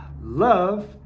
love